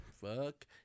Fuck